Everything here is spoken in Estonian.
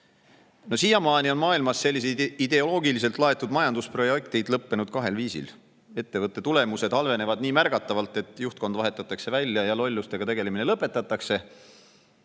Siiamaani on maailmas sellised ideoloogiliselt laetud majandusprojektid lõppenud kahel viisil: ettevõtte tulemused halvenevad nii märgatavalt, et juhtkond kas vahetatakse välja ja lollustega tegelemine lõpetatakse